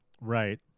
Right